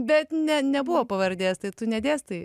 bet ne nebuvo pavardės tai tu nedėstai